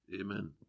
Amen